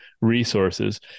resources